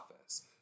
office